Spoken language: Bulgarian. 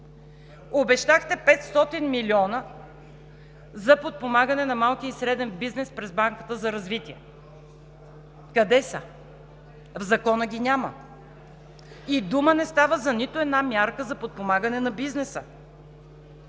Обещахте 500 милиона за подпомагане на малкия и средния бизнес през Банката за развитие. Къде са – в Закона ги няма, и дума не става за нито една мярка за подпомагане на бизнеса?